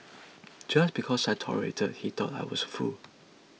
just because I tolerated he thought I was a fool